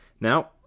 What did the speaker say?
Now